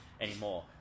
anymore